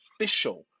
official